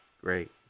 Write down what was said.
Great